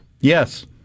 Yes